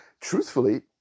Truthfully